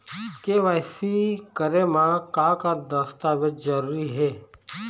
KYC करे म का का दस्तावेज जरूरी हे?